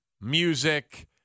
music